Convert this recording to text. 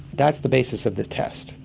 that's the basis of the test.